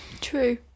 True